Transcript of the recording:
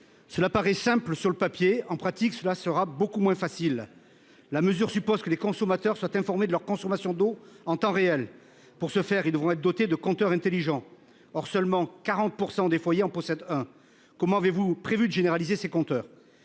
Cela paraît simple sur le papier, en pratique, cela sera beaucoup moins facile. La mesure suppose que les consommateurs soient informés de leur consommation d'eau en temps réel. Pour ce faire, ils vont être dotés de compteurs intelligents. Or, seulement 40% des foyers en possède un. Comment avez-vous prévu de généraliser ces compteurs.